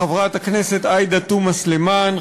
חברת הכנסת עאידה תומא סלימאן,